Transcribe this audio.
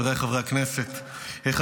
חברת הכנסת שרון ניר,